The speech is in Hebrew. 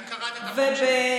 אם קראת את החוק שלה.